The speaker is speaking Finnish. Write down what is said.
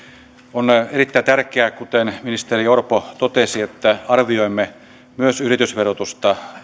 on erittäin tärkeää kuten ministeri orpo totesi että arvioimme myös yritysverotusta